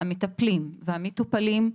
המטפלים והמטופלים,